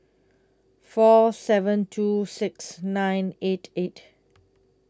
four seven two six nine eight eight